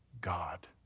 God